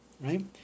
right